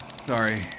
Sorry